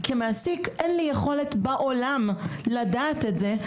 כמעסיק אין לי יכולת בעולם לדעת את זה,